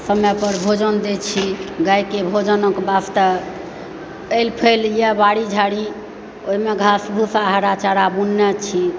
समय पर भोजन दय छी गायके भोजनक वास्ते एल फैलए बाड़ी झाड़ी ओहिमे घास भुस्सा हरा चारा बुनने छी